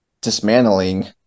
dismantling